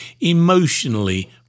emotionally